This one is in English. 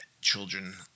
children